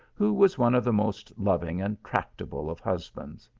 who was one of the most loving and tractable of husbands.